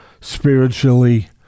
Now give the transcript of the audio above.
spiritually